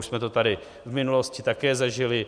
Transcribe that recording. Už jsme to tady v minulosti také zažili.